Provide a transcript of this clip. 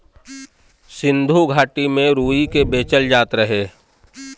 सिन्धु घाटी में रुई के बेचल जात रहे